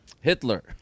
Hitler